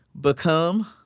become